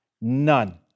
none